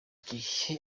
gihe